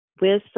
Wisdom